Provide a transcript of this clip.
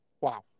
Wow